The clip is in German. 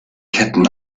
ketten